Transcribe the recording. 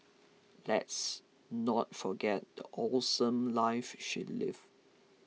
let's not forget the awesome life she lived